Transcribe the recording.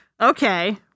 Okay